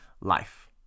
life